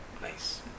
nice